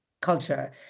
culture